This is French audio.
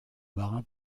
marin